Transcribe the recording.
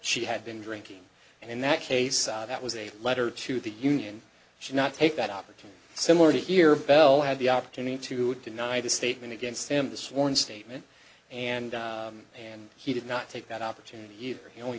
she had been drinking and in that case that was a letter to the union she not take that opportunity similar to here belle had the opportunity to deny the statement against the sworn statement and and he did not take that opportunity he only